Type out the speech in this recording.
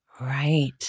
Right